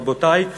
רבותי,